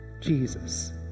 Jesus